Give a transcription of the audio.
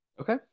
Okay